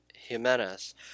Jimenez